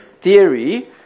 theory